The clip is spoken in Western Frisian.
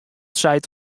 seit